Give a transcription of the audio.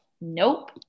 nope